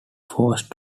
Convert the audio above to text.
forced